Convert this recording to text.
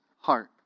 heart